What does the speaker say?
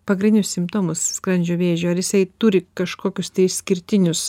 pagrindinius simptomus skrandžio vėžio ar jisai turi kažkokius išskirtinius